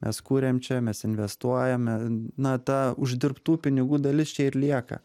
mes kuriam čia mes investuojame na ta uždirbtų pinigų dalis čia ir lieka